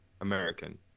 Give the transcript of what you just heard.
american